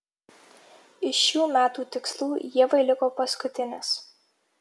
iš šių metų tikslų ievai liko paskutinis